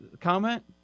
comment